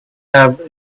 have